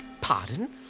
Pardon